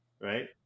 Right